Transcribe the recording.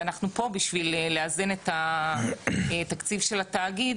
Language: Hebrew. ואנחנו פה בשביל לאזן את התקציב של התאגיד